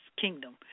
kingdom